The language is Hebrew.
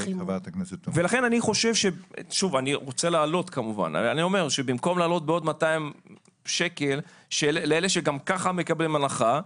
אני אומר שבמקום להעלות בעוד 200 שקלים לאלה שגם ככה מקבלים הנחה,